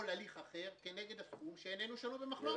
הליך אחר כנגד הסכום שאינו שנוי במחלוקת.